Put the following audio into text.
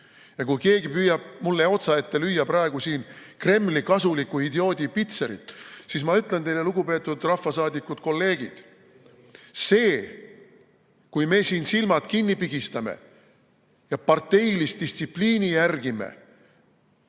Kui keegi püüab mulle praegu siin otsaette lüüa Kremli kasuliku idioodi pitserit, siis ma ütlen teile, lugupeetud rahvasaadikud, kolleegid: see, kui me siin silmad kinni pigistame ja parteilist distsipliini järgime,